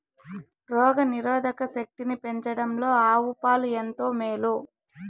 రోగ నిరోధక శక్తిని పెంచడంలో ఆవు పాలు ఎంతో మేలు